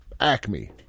Acme